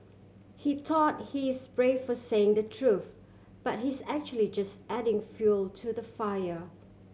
he thought he's brave for saying the truth but he's actually just adding fuel to the fire